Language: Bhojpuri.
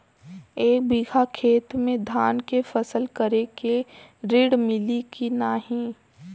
एक बिघा खेत मे धान के फसल करे के ऋण मिली की नाही?